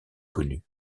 connus